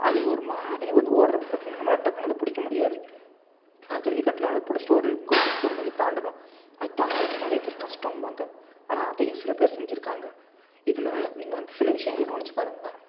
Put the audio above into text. அது ஒரு மாதிரி வந்து ஓடுறப்ப பார்த்தீங்கன்னா நம்மளால டக்குனு அதை பிடிக்க முடியாது ஆனால் ஜல்லிக்கட்டில் அதை பிடிச்சிட்டு ஒரு குறிப்பிட்ட தூரம் நீங்கள் தாண்டணும் அது தாண்டுறது நிறைய பேர் கஷ்டம்பாங்க ஆனால் அதையும் சில பேர் செஞ்சுருக்காங்க இதில் நீங்கள் வந்து சில விஷயங்கள் கவனித்துப் பாருங்களேன்